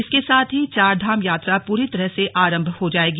इसके साथ ही चारधाम यात्रा पूरी तरह से आरंभ हो जाएगी